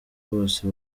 bose